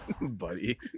buddy